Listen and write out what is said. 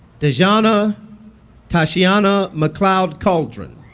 tashyanna tashyanna mcleod calderon